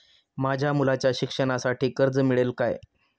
माझ्या मुलाच्या शिक्षणासाठी कर्ज मिळेल काय?